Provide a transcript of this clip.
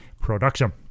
production